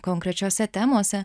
konkrečiose temose